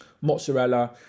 mozzarella